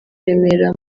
remera